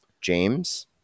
James